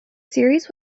series